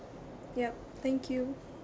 yup thank you